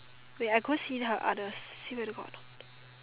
wait I go see her others see whether got or not